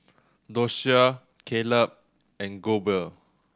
Doshia Caleb and Goebel